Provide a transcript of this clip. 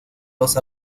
los